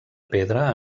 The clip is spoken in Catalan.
pedra